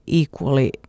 equally